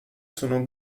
sono